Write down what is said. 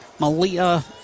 Malia